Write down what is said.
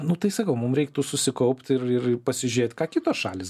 nu tai sakau mum reiktų susikaupt ir ir pasižėt ką kitos šalys